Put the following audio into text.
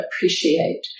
appreciate